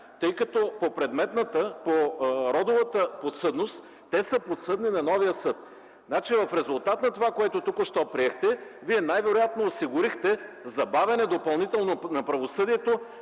тъй като по предметната, по родовата подсъдност те са подсъдни на новия съд. В резултат на това, което току-що приехте, вие най-вероятно осигурихте допълнително забавяне на правосъдието